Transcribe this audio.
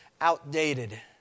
outdated